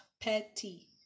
petty